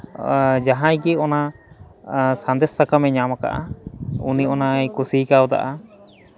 ᱡᱟᱦᱟᱸᱭ ᱜᱮ ᱚᱱᱟ ᱥᱟᱸᱫᱮᱥ ᱥᱟᱠᱟᱢᱮ ᱧᱟᱢ ᱟᱠᱟᱫᱼᱟ ᱩᱱᱤ ᱚᱱᱟᱭ ᱠᱩᱥᱤ ᱠᱟᱣᱫᱟᱼᱟ